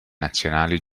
nazionali